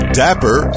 dapper